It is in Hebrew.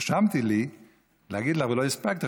רשמתי לי להגיד לה ולא הספקתי,